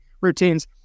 routines